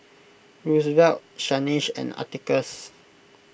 Roosevelt Shanice and Atticus